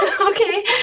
Okay